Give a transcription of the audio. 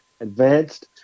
advanced